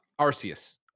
Arceus